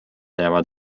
jäävad